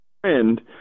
friend